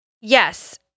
Yes